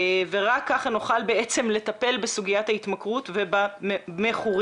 ורק ככה נוכל לטפל בסוגיית ההתמכרות ובמכורים.